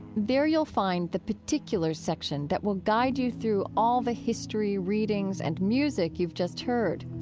there you'll find the particulars section that will guide you through all the history, readings and music you've just heard.